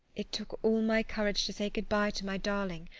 it took all my courage to say good-bye to my darling.